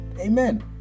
Amen